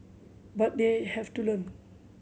but they have to learn